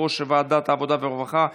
לוועדת העבודה והרווחה נתקבלה.